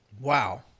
Wow